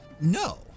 No